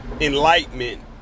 enlightenment